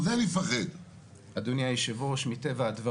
זה כושר קנייה ולשכות המסחר והעסקים הקטנים